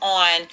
on